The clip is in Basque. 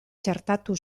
txertatu